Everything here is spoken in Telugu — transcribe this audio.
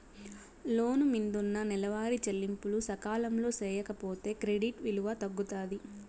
లోను మిందున్న నెలవారీ చెల్లింపులు సకాలంలో సేయకపోతే క్రెడిట్ విలువ తగ్గుతాది